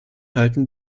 halten